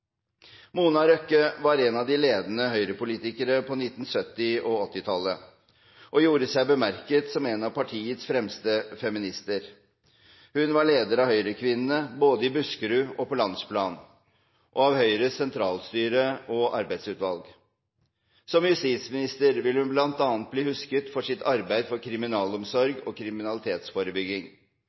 Mona Røkke var en av de ledende Høyre-politikere på 1970- og 1980-tallet og gjorde seg bemerket som en av partiets fremste feminister. Hun var leder av Høyrekvinners landsforbund, både i Buskerud og på landsplan, og av Høyres sentralstyre og arbeidsutvalg. Som justisminister vil hun bl.a. bli husket for sitt arbeid for kriminalomsorg og kriminalitetsforebygging.